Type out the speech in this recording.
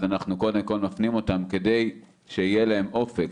אז אנחנו קודם כל מפנים אותם כדי שיהיה להם אופק.